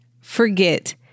forget